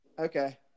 Okay